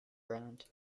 round